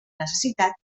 necessitat